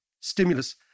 stimulus